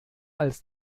als